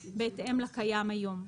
בהתאם לקיים היום.